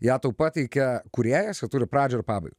ją tau pateikia kūrėjas ji turi pradžią ir pabaigą